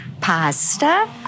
Pasta